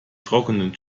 trockenen